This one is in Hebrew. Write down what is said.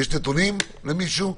נכון?